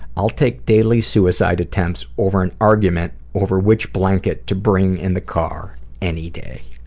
i'll take daily suicide attempts over an argument over which blanket to bring in the car any day.